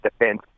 defense